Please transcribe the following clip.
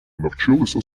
навчилися